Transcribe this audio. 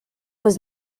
was